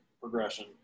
progression